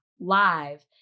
live